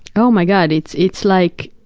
oh, my god, it's it's like,